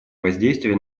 воздействие